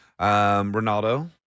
ronaldo